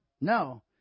No